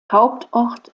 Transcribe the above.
hauptort